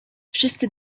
wszyscy